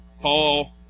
Paul